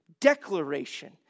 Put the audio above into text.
declaration